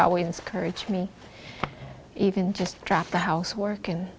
always discouraged me even just drop the housework and